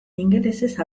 ingelesez